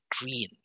green